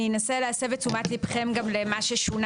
אני אנסה להסב את תשומת ליבכם גם למה ששונה